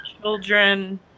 children